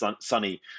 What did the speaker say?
sunny